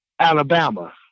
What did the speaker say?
Alabama